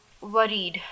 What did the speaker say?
worried